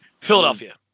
Philadelphia